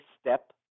step